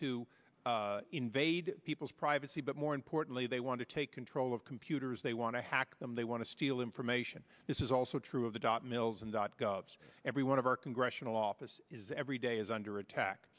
to invade people's privacy but more importantly they want to take control of computers they want to hack them they want to steal information this is also true of the dot mills and every one of our congressional office is every day is under attack